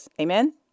Amen